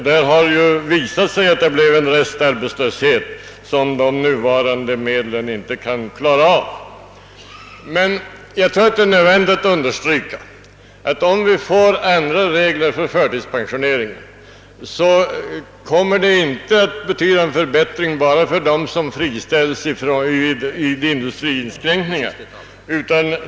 Det har nämligen visat sig att det ofta blir en restarbetslöshet som man med de nuvarande medlen inte kan klara av. Jag tror att det är nödvändigt att understryka att om vi får andra regler för förtidspensionering, kommer det att betyda en förbättring inte bara för dem som friställs vid industriinskränkningar.